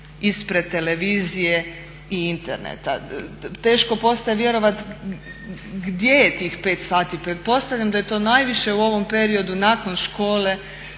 ispred televizije i interneta. Teško postaje vjerovati gdje je tih 5 sati, pretpostavljam da je to najviše u ovom periodu nakon škole